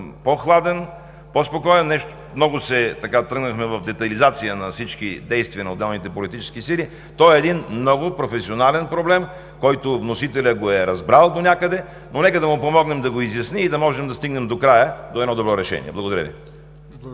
по-хладен, по-спокоен. Много тръгнахме в детайлизация на всички действия на отделните политически сили. Той е един много професионален проблем, който вносителят е разбрал донякъде, но нека да му помогнем да го изясни и да може да стигнем до края, до едно добро решение. Благодаря Ви.